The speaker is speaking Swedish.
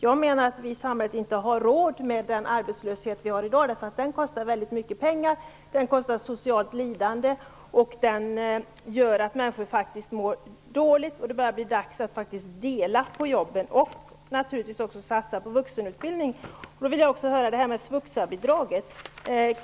Jag menar att vi i samhället inte har råd med den arbetslöshet som vi har i dag därför att den kostar mycket pengar. Den kostar i form av socialt lidande, och det gör att människor faktiskt mår dåligt. Det börjar bli dags att dela på jobben och naturligtvis också satsa på vuxenutbildning. Jag vill också fråga om svuxa-bidraget.